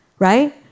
right